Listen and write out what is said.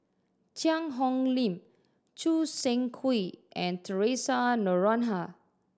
Cheang Hong Lim Choo Seng Quee and Theresa Noronha